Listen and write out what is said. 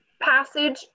passage